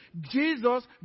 Jesus